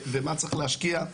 ומה צריך להשקיע.